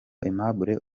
aimable